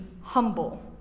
humble